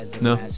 No